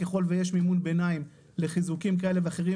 ככל שיש מימון ביניים לחיזוקים כאלה ואחרים